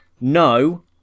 No